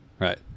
Right